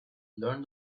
learn